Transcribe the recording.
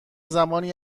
زمانی